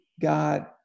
God